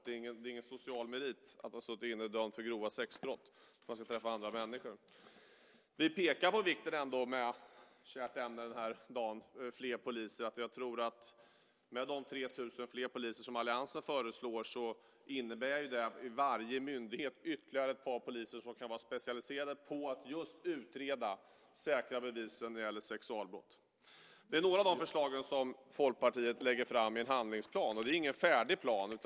Det är inte en social merit att ha suttit inne dömd för grova sexbrott om man ska träffa andra människor. Vi pekar på vikten av - kärt ämne den här dagen - fler poliser. De 3 000 fler poliser som alliansen föreslår tror jag innebär ytterligare ett par poliser vid varje myndighet som kan vara specialiserade på att just utreda och säkra bevisen när det gäller sexualbrott. Det här var några av de förslag som Folkpartiet lägger fram i en handlingsplan. Det är ingen färdig plan.